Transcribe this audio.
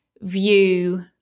view